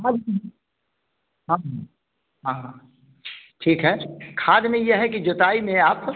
हम हाँ ठीक है खाद में यह है कि जोताई में आप